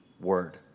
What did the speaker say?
word